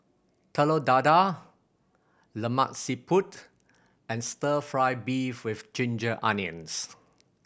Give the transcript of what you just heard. Telur Dadah Lemak Siput and Stir Fry beef with ginger onions